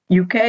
UK